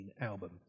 album